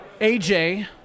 AJ